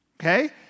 Okay